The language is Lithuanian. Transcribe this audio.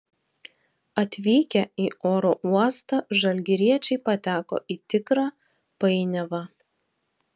atvykę į oro uostą žalgiriečiai pateko į tikrą painiavą